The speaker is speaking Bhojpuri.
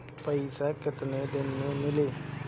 पैसा केतना दिन में मिली?